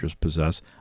possess